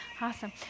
awesome